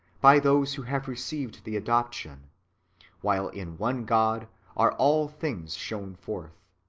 by those who have received the adoption while in one god are all things shown forth.